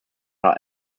are